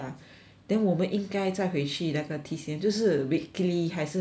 then 我们应该再回去那个 T_C_M 就是 weekly 还是 maybe